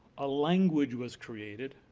a language was created,